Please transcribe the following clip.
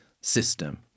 system